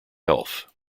health